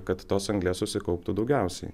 kad tos anglies susikauptų daugiausiai